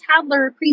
toddler